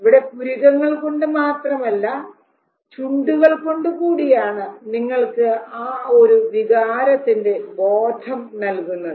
ഇവിടെ പുരികങ്ങൾ കൊണ്ട് മാത്രമല്ല ചുണ്ടുകൾ കൊണ്ട് കൂടിയാണ് നിങ്ങൾക്ക് ആ ഒരു വികാരത്തിന്റെ ബോധം നൽകുന്നത്